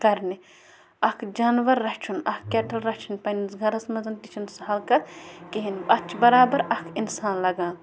کَرنہِ اَکھ جانوَر رَچھُن اَکھ کٮ۪ٹَل رَچھُن پنٛنِس گَرَس منٛز تہِ چھُنہٕ سَہَل کَتھ کِہیٖنۍ اَتھ چھُ بَرابَر اَکھ اِنسان لَگان